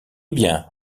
bien